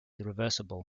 reversible